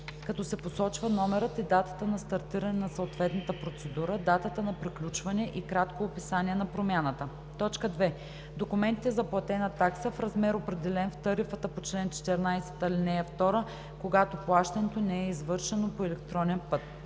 като се посочват номерът и датата на стартиране на съответната процедура, датата на приключване и кратко описание на промяната; 2. документ за платена такса в размер, определен в тарифата по чл. 14, ал. 2, когато плащането не е извършено по електронен път;